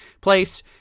place